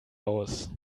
aus